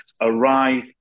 arrive